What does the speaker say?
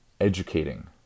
educating